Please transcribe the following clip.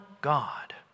God